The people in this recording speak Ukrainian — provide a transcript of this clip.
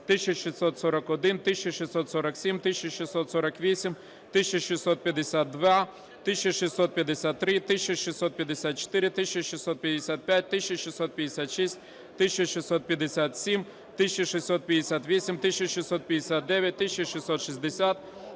1641, 1647, 1648, 1652, 1653, 1654, 1655, 1656, 1657, 1658, 1659, 1660,